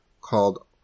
called